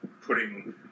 putting